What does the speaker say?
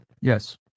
Yes